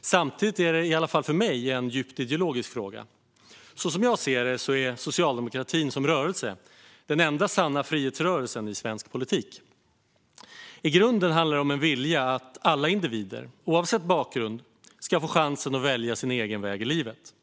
Samtidigt är det, i alla fall för mig, en djupt ideologisk fråga. Som jag ser det är socialdemokratin som rörelse den enda sanna frihetsrörelsen i svensk politik. I grunden handlar det om en vilja att alla individer, oavsett bakgrund, ska få chansen att välja sin egen väg i livet.